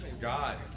God